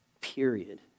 Period